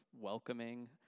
welcoming